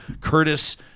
Curtis